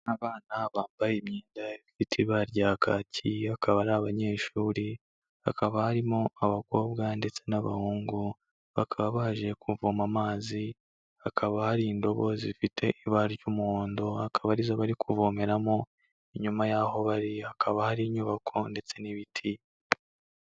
Abana bambaye imyenda ifite ibara rya kacyi akaba ari abanyeshuri, hakaba harimo abakobwa ndetse n'abahungu, bakaba baje kuvoma amazi, hakaba hari indobo zifite ibara ry'umuhondo akaba arizo bari kuvomeramo, inyuma y'aho bari hakaba hari inyubako ndetse n'ibiti.